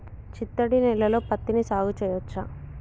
చిత్తడి నేలలో పత్తిని సాగు చేయచ్చా?